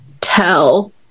tell